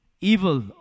evil